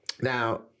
Now